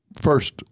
first